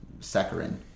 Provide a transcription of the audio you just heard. saccharin